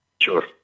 Sure